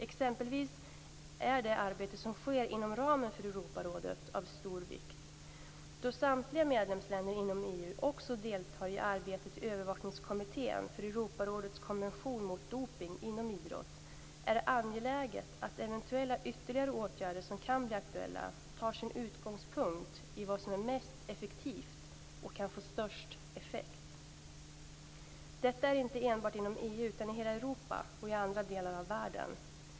Exempelvis är det arbete som sker inom ramen för Europarådet av stor vikt. Då samtliga medlemsländer inom EU också deltar i arbetet i övervakningskommittén för Europarådets konvention mot dopning inom idrott är det angeläget att eventuella ytterligare åtgärder som kan bli aktuella tar sin utgångspunkt i vad som är mest effektivt och kan få störst effekt - detta inte enbart inom EU utan i hela Europa och i andra delar av världen.